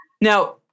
now